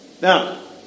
Now